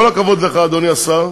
כל הכבוד לך, אדוני השר,